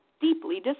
deeply